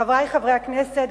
חברי חברי הכנסת,